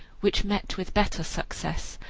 which met with better success,